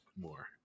more